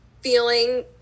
feeling